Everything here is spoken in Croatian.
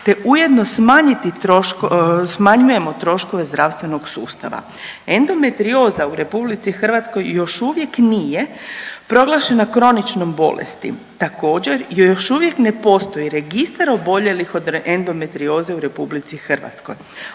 smanjujemo troškove zdravstvenog sustava. Endometrioza u RH još uvijek nije proglašena kroničnom bolesti. Također još uvijek ne postoji registar oboljelih od endometrioze u RH, a